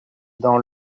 dans